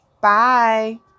Bye